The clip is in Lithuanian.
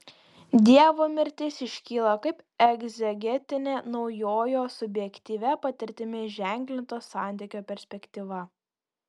dievo mirtis iškyla kaip egzegetinė naujojo subjektyvia patirtimi ženklinto santykio perspektyva